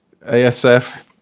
ASF